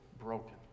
broken